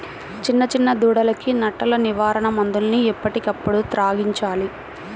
చిన్న చిన్న దూడలకు నట్టల నివారణ మందులను ఎప్పటికప్పుడు త్రాగించాలి